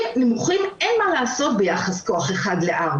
נמוכים אין מה לעשות ביחס כוח אדם 1:4,